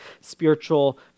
spiritual